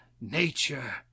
nature